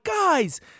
guys